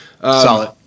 Solid